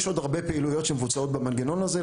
יש עוד הרבה פעילויות שמבוצעות במנגנון הזה,